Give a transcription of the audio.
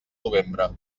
novembre